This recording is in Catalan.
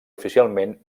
oficialment